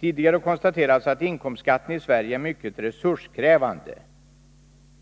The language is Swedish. Tidigare har konstaterats att inkomstskatten i Sverige är mycket resurskrävande.